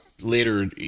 later